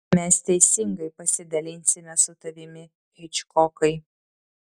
mes teisingai pasidalinsime su tavimi hičkokai